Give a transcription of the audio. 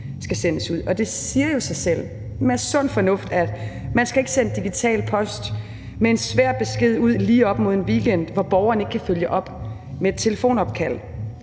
skal sendes ud, og det siger jo sig selv og er sund fornuft, at man ikke skal sende digital post med en svær besked ud lige op til en weekend, hvor borgeren ikke kan følge op med et telefonopkald.